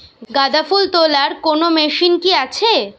গাঁদাফুল তোলার কোন মেশিন কি আছে?